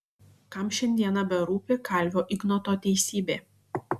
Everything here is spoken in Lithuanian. kam šiandieną berūpi kalvio ignoto teisybė